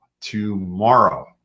tomorrow